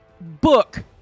book